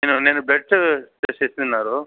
నిన్న నేను blood test ఇచ్చాను